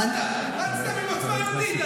רצתם עם עוצמה יהודית,